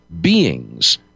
beings